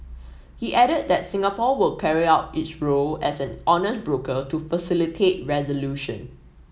he added that Singapore will carry out its role as an honest broker to facilitate resolution